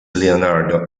leonardo